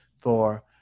Thor